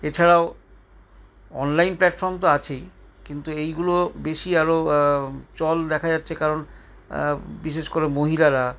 এছাড়াও online platform তো আছেই কিন্তু এইগুলো বেশি আরও চল দেখা যাচ্ছে কারণ বিশেষ করে মহিলারা